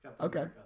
Okay